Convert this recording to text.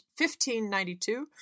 1592